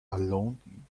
alone